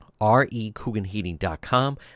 recooganheating.com